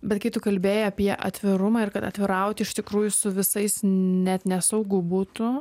bet kai tu kalbėjai apie atvirumą ir kad atvirauti iš tikrųjų su visais net nesaugu būtų